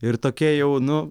ir tokia jau nu